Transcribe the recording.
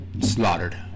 slaughtered